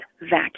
vacuum